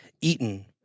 eaten